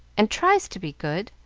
and tries to be good,